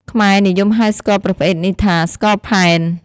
ខ្មែរនិយមហៅស្ករប្រភេទនេះថា ស្ករផែន។